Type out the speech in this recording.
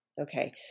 Okay